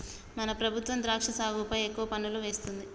మన ప్రభుత్వం ద్రాక్ష సాగుపై ఎక్కువ పన్నులు వేస్తుంది